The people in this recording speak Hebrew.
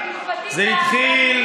זה התחיל,